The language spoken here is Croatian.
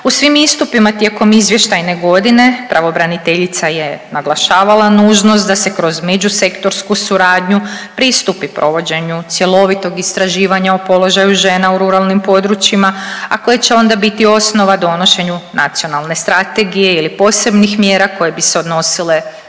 U svim istupima tijekom izvještajne godine pravobraniteljica je naglašavala nužnost da se kroz međusektorsku suradnju pristupi provođenju cjelovitog istraživanja o položaju žena u ruralnim područjima, a koji će onda biti osnova donošenju nacionalne strategije ili posebnih mjera koje bi se odnosile na